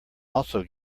also